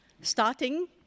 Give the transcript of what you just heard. Starting